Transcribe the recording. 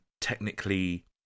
technically